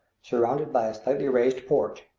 surrounded by a slightly raised porch.